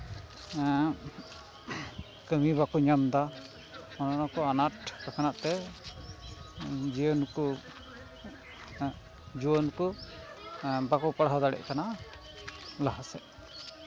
ᱠᱟᱹᱢᱤ ᱵᱟᱠᱚ ᱧᱟᱢᱫᱟ ᱚᱱᱟ ᱠᱚ ᱟᱱᱟᱴ ᱞᱮᱠᱟᱱᱟᱜ ᱛᱮ ᱡᱤᱭᱚᱱ ᱠᱚ ᱡᱩᱣᱟᱹᱱ ᱠᱚ ᱵᱟᱠᱚ ᱯᱟᱲᱦᱟᱣ ᱫᱟᱲᱮᱭᱟᱜ ᱠᱟᱱᱟ ᱞᱟᱦᱟ ᱥᱮᱫ